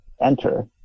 enter